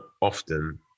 often